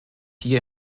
hier